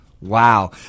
Wow